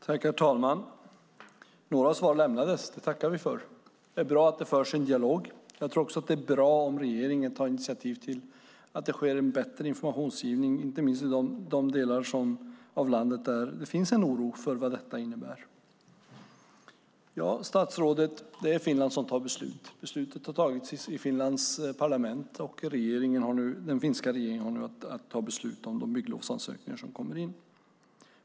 Herr talman! Några svar lämnades. Det tackar vi för. Det är bra att det förs en dialog. Jag tror också att det är bra om regeringen tar initiativ till en bättre information, inte minst i de delar av landet där det finns en oro för vad detta innebär. Ja, det är Finland som fattar beslut, statsrådet. Beslutet har fattats i Finlands parlament, och den finska regeringen har nu att fatta beslut om de bygglovsansökningar som kommer in.